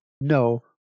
No